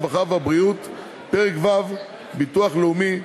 הרווחה והבריאות: פרק ו' (ביטוח לאומי),